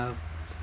of